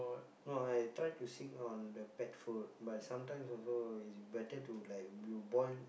no I try to on the pet food but sometimes also it's better to like you boil